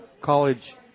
college